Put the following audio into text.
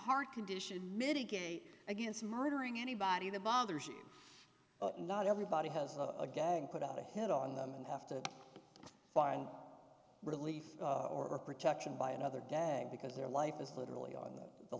heart condition mitigate against murdering anybody that bothers you not everybody has a gag put out a hit on them and have to find relief or protection by another gag because their life is literally on the